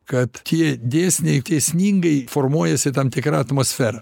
kad tie dėsniai dėsningai formuojasi tam tikra atmosfera